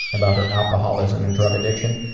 about her alcoholism and drug addiction,